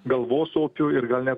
galvosokiu ir gal net